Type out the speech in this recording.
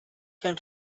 came